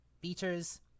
beaters